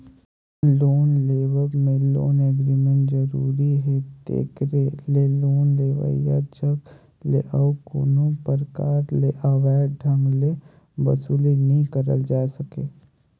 loan लेवब में loan agreement जरूरी हे तेकरे ले लोन लेवइया जग ले अउ कोनो परकार ले अवैध ढंग ले बसूली नी करल जाए सके